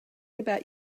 about